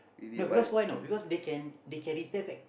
no because why no because they can they can litter back